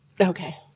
Okay